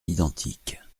identiques